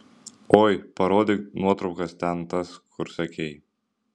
oi parodyk nuotraukas ten tas kur sakei